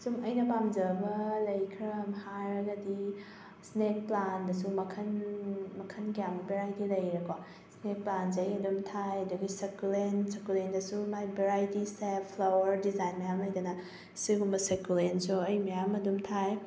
ꯁꯨꯝ ꯑꯩꯅ ꯄꯃꯖꯕ ꯂꯩ ꯈꯔ ꯍꯥꯏꯔꯒꯗꯤ ꯏꯁꯅꯦꯛ ꯄ꯭ꯂꯥꯟꯠꯗꯁꯨ ꯃꯈꯜ ꯃꯈꯜ ꯀꯌꯥꯃꯨꯛ ꯚꯦꯔꯥꯏꯇꯤ ꯂꯩꯔꯦꯀꯣ ꯏꯁꯅꯦꯛ ꯄ꯭ꯂꯥꯟꯁꯦ ꯑꯩ ꯑꯗꯨꯝ ꯊꯥꯏ ꯑꯗꯒꯤ ꯁꯛꯀꯨꯂꯦꯟ ꯁꯛꯀꯨꯂꯦꯟꯗꯁꯨ ꯃꯥꯒꯤ ꯚꯦꯔꯥꯏꯇꯤ ꯁꯦꯞ ꯐ꯭ꯂꯋꯔ ꯗꯤꯖꯥꯏꯟ ꯃꯌꯥꯝ ꯂꯩꯗꯅ ꯁꯤꯒꯨꯝꯕ ꯁꯛꯀꯨꯂꯦꯟꯁꯨ ꯑꯩ ꯃꯌꯥꯝ ꯑꯃ ꯑꯗꯨꯝ ꯊꯥꯏ